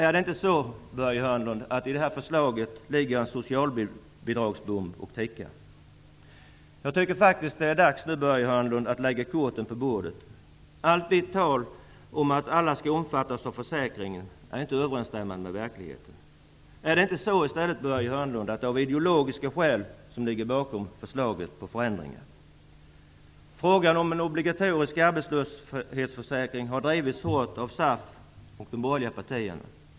Är det inte så, Börje Hörnlund, att det i ert förslag ligger en socialbidragsbomb som tickar? Jag tycker faktiskt, Börje Hörnlund, att det är dags att lägga korten på bordet! Allt ert tal om att alla skall omfattas av försäkringen är inte överenstämmande med verkligheten. Är det inte så, Börje Hörnlund, att det är ideologiska skäl som ligger bakom förslaget? Frågan om en obligatorisk arbetslöshetförsäkring har drivits hårt av SAF och de borgerliga partierna.